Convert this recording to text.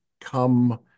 come